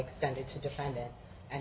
extended to defend it a